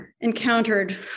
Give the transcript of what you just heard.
encountered